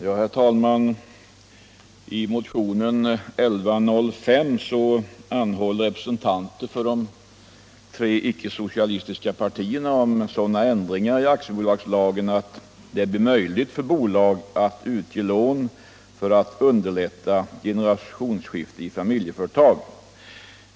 Herr talman! I motionen 1105 anhåller representanter för de tre ickesocialistiska partierna om sådana ändringar i aktiebolagslagen att det blir möjligt för bolag att utge lån för att underlätta generationsskifte i familjeföretag.